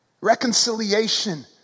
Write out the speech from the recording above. Reconciliation